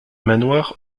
manoir